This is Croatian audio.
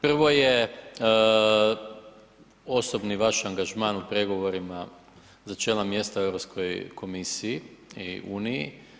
Prvo je osobni vaš angažman u pregovorima za čelna mjesta u Europskoj komisiji i Uniji.